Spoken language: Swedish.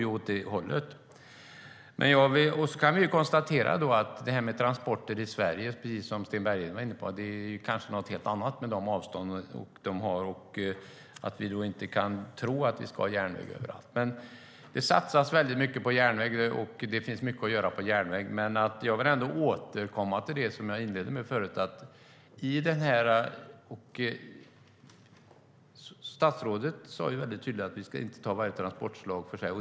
Som Sten Bergheden var inne på kan vi konstatera att detta med transporter i Sverige kanske är något helt annat med de avstånd vi har och att vi inte kan tro att vi ska ha järnväg överallt. Men det satsas mycket på järnväg, och det finns mycket att göra på järnväg. Jag vill återkomma till det jag inledde med förut: Statsrådet sa tydligt att vi inte ska ta varje transportslag för sig.